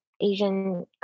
Asian